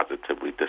positively